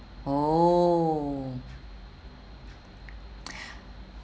oh